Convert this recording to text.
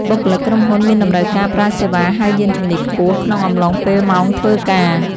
បុគ្គលិកក្រុមហ៊ុនមានតម្រូវការប្រើសេវាហៅយានជំនិះខ្ពស់ ក្នុងអំឡុងពេលម៉ោងធ្វើការ។